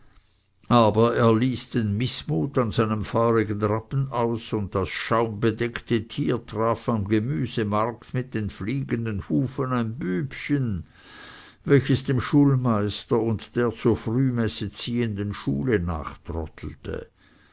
aber er ließ den mißmut an seinem feurigen rappen aus und das schaumbedeckte tier traf am gemüsemarkt mit den fliegenden hufen ein bübchen welches dem schulmeister und der zur frühmesse ziehenden schule